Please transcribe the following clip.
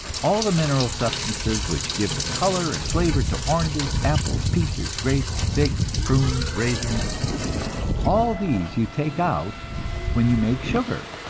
all the mineral substances which give the color and flavor to oranges, apples, peaches, grapes, figs, prunes, raisins all these you take out when you make sugar.